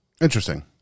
Interesting